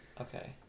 Okay